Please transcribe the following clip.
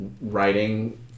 writing